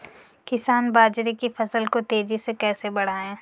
किसान बाजरे की फसल को तेजी से कैसे बढ़ाएँ?